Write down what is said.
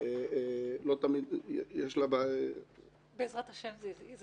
עושה